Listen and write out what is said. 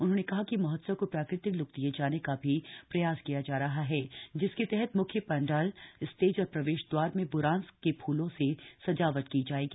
उन्होने कहा कि महोत्सव को प्राकृतिक ल्क दिए जाने का भी प्रयास किया जा रहा ह जिसके तहत मुख्य पांडाल स्टेज और प्रवेश द्वार में बुरांस के फूलों से सजावट की जाएगी